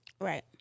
Right